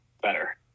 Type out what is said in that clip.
better